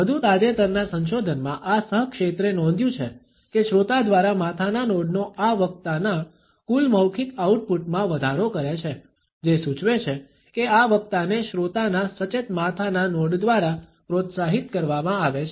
વધુ તાજેતરના સંશોધનમાં આ સહક્ષેત્રે નોંધ્યું છે કે શ્રોતા દ્વારા માથાના નોડનો આ વક્તાના કુલ મૌખિક આઉટપુટ માં વધારો કરે છે જે સૂચવે છે કે આ વક્તાને શ્રોતાના સચેત માથાના નોડ દ્વારા પ્રોત્સાહિત કરવામાં આવે છે